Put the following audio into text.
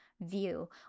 view